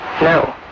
No